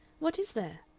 what is there?